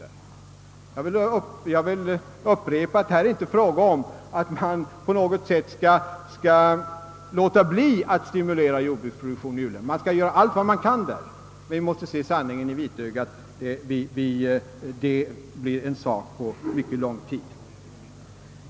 Jag vill upprepa att det inte är fråga om att man på något sätt skall låta bli att stimulera jordbruksproduktionen i u-länderna — tvärtom. Men vi måste se sanningen i vitögat; det blir en sak på lång sikt.